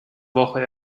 woche